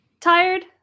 tired